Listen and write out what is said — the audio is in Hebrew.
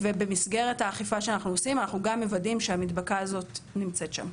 במסגרת האכיפה שאנחנו עושים אנחנו גם מוודאים שהמדבקה הזאת נמצאת שם.